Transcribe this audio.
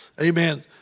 Amen